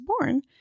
born